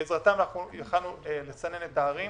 בעזרתם יכולנו לסנן את הערים.